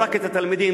לא רק את התלמידים,